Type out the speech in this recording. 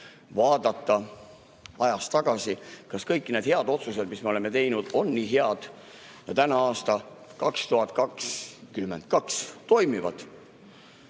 vaadata ajas tagasi, kas kõik need head otsused, mis me oleme teinud, on nii head ja täna, aastal 2022, toimivad.